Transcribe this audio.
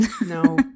No